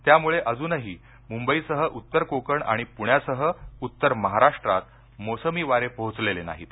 त्यामुळे अजूनही मूंबईसह उत्तर कोकण आणि प्ण्यासह उत्तर महाराष्ट्रात मोसमी वारे पोहोचलेले नाहीत